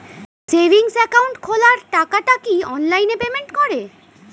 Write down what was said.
Savings account খোলা টাকাটা কি অনলাইনে পেমেন্ট করে?